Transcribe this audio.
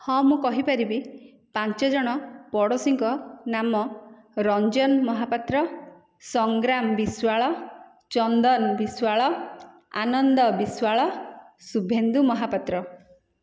ହଁ ମୁଁ କହିପାରିବି ପାଞ୍ଚଜଣ ପଡ଼ୋଶୀଙ୍କ ନାମ ରଞ୍ଜନ ମହାପାତ୍ର ସଂଗ୍ରାମ ବିଶ୍ୱାଳ ଚନ୍ଦନ ବିଶ୍ୱାଳ ଆନନ୍ଦ ବିଶ୍ୱାଳ ଶୁଭେନ୍ଦୁ ମହାପାତ୍ର